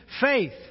faith